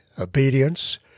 obedience